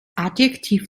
adjektiv